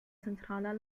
zentraler